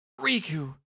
Riku